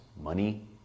money